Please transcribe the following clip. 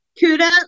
Kuda